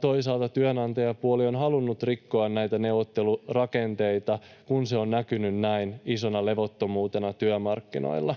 toisaalta työnantajapuoli on halunnut rikkoa näitä neuvottelurakenteita, kun se on näkynyt näin isona levottomuutena työmarkkinoilla.